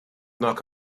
knock